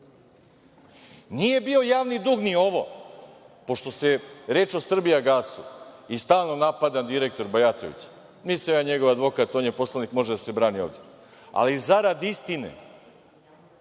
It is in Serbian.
Nije bio javni dug ni ovo, pošto se reč o „Srbijagasu“ i stalno napadan direktor Bajatović, nisam ja njegov advokat, on je poslanik, može da se brani ovde, ali zarad istine,